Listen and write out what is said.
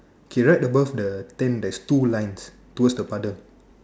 okay right above the tent there's two lines towards the father